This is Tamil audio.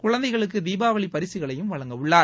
குழந்தைகளுக்கு தீபாவளிப் பரிசுகளையும் வழங்கவுள்ளார்